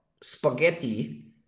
spaghetti